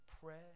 prayer